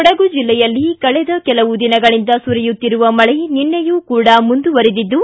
ಕೊಡಗು ಜಿಲ್ಲೆಯಲ್ಲಿ ಕಳೆದ ಕೆಲವು ದಿನಗಳಿಂದ ಸುರಿಯುತ್ತಿರುವ ಮಳೆ ನಿನ್ನೆಯೂ ಕೂಡ ಮುಂದುವರೆದಿದ್ದು